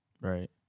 Right